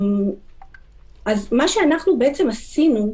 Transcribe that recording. מה שעשינו,